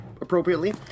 appropriately